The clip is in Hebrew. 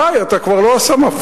די, אתה כבר לא הסמפכ"ל.